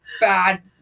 bad